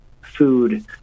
food